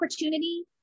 opportunity